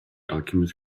alchemist